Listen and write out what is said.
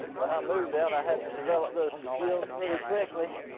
when i moved out, i had to develop those skills pretty quickly.